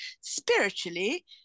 spiritually